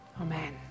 Amen